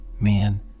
man